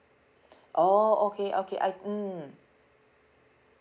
oh okay okay I mm